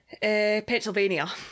Pennsylvania